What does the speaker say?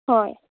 हय